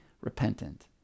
repentant